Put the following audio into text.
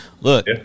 look